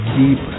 deep